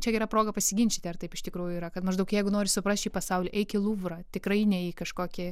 čia gera proga pasiginčyti ar taip iš tikrųjų yra kad maždaug jeigu nori suprasti pasaulį eik į luvrą tikrai ne į kažkokį